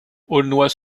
aulnois